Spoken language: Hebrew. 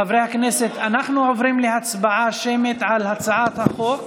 חברי הכנסת, אנחנו עוברים להצבעה שמית על הצעת חוק